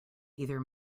either